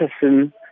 person